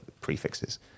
prefixes